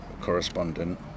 correspondent